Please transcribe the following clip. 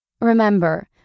Remember